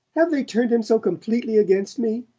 have they turned him so completely against me?